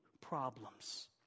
problems